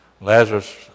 Lazarus